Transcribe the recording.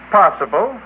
possible